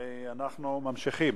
ואנחנו ממשיכים.